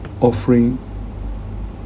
offering